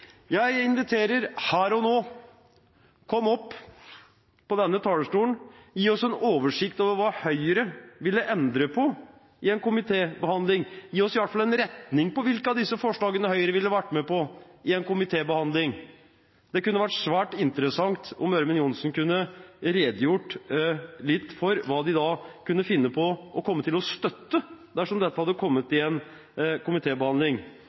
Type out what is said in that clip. Jeg inviterer henne her og nå til å komme opp på denne talerstolen og gi oss en oversikt over hva Høyre ville endre på i en komitébehandling – i hvert fall gi oss en retning på hvilke av disse forslagene Høyre ville vært med på i en komitébehandling. Det kunne vært svært interessant om representanten Ørmen Johnsen kunne redegjort litt for hva de da kunne finne på å komme til å støtte dersom dette hadde kommet